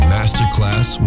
Masterclass